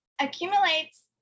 accumulates